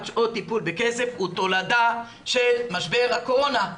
שעות טיפול בכסף הוא תולדה של משבר הקורונה.